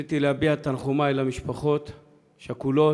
רציתי להביע את תנחומי למשפחות השכולות,